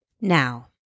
Now